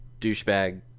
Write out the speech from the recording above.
douchebag